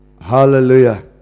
Hallelujah